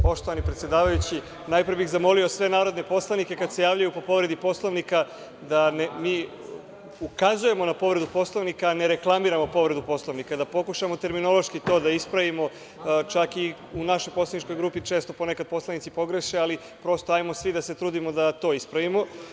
Poštovani predsedavajući, najpre bih zamolio sve narodne poslanike kada se javljaju po povredi Poslovnika da, mi ukazujemo na povredu Poslovnika, a ne reklamiramo povredu Poslovnika, da pokušamo terminološki to da ispravimo, čak i u našoj poslaničkoj grupi često ponekad poslanici pogreše, ali prosto hajde svi da se trudimo da to ispravimo.